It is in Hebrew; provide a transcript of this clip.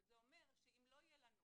אבל זה אומר שאם לא יהיה לנו